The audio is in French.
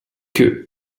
que